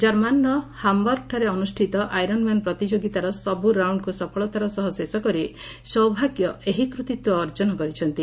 କର୍ମାନର ହାମ୍ବର୍ଗଠାରେ ଅନୁଷ୍ଠିତ Iron Man ପ୍ରତିଯୋଗିତାର ସବୁ ରାଉଣ୍ଡ୍କୁ ସଫଳତାର ସହ ଶେଷ କରି ସୌଭାଗ୍ୟ ଏହି କୃତିତ୍ୱ ଅର୍ଜନ କରିଛନ୍ତି